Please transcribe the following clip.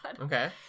Okay